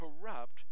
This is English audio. corrupt